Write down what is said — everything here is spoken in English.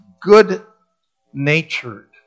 good-natured